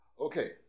Okay